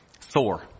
Thor